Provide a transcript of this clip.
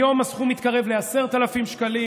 היום הסכום מתקרב ל-10,000 שקלים.